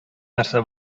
нәрсә